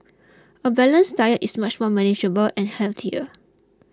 a balanced diet is much more manageable and healthier